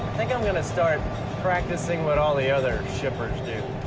think i'm gonna start practicing what all the other shippers do.